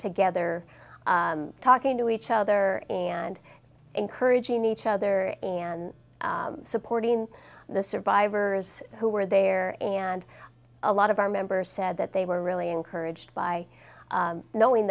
together talking to each other and encouraging each other and supporting the survivors who were there and a lot of our members said that they were really encouraged by knowing